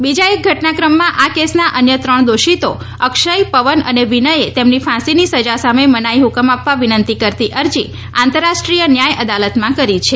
બીજા એક ઘટનાક્રમમાં આ કેસના અન્ય ત્રણ દોષિતો અક્ષય પવન અને વિનચે તેમની ફાંસીની સજા સામે મનાઈ હૂકમ આપવા વિનંતી કરતી અરજી આંતરરાષ્ટ્રીય ન્યાય અદાલતમાં કરી છે